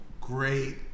great